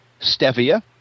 stevia